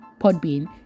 Podbean